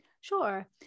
Sure